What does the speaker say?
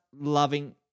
loving